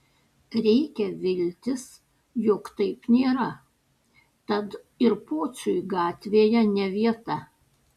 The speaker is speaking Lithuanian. reikia viltis jog taip nėra tad ir pociui gatvėje ne vieta